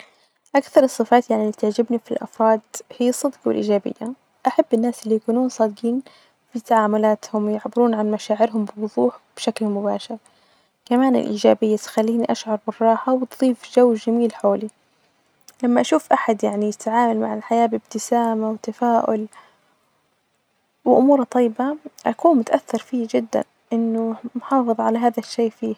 أكثر الصفات اللي تعجبني في الأفراد هيا الصدق والإيجابية، أحب الناس اللي يكونون صادجين في تعاملاتهم يحبون عن مشاعرهم بوظوح بشكل مباشر، كمان الإيجابية تخليني أشعر بالراحة وتظيف جو جميل حولي لما أشوف أحد يعني يتعامل مع الحياة بإبتسامة وتفاؤل وأمور طيبة أكون م